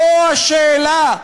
זו השאלה.